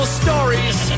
stories